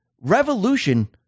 revolution